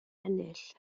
ennill